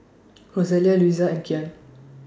Rosalia Luisa and Kyan